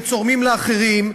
וצורמים לאחרים,